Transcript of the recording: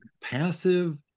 Passive